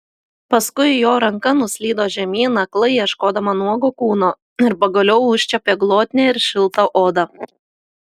paskui jo ranka nuslydo žemyn aklai ieškodama nuogo kūno ir pagaliau užčiuopė glotnią ir šiltą odą